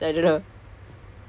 ya